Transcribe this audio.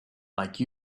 like